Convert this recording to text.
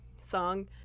song